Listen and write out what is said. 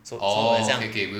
so so 这样